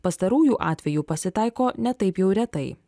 pastarųjų atvejų pasitaiko ne taip jau retai